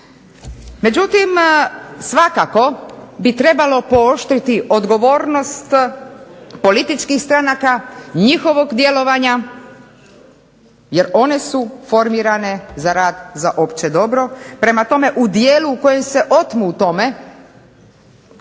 Međutim, svakako bi trebalo pooštriti odgovornost političkih stranka, njihovog djelovanja jer one su formirane za rad za opće dobro. Prema tome u dijelu u kojem se otmu tome